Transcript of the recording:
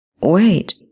Wait